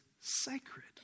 sacred